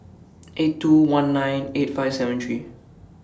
eight two one nine eight five seven three